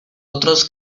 otros